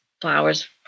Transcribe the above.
flowers